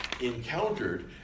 encountered